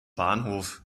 bahnhof